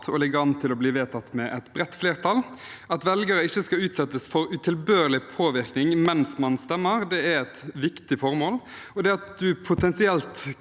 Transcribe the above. og ligger an til å bli vedtatt med et bredt flertall. At velgere ikke skal utsettes for utilbørlig påvirkning mens man stemmer, er et viktig formål. At man potensielt